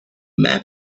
map